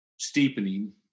steepening